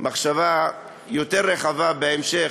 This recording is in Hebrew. מחשבה יותר רחבה בהמשך.